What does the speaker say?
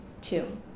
Two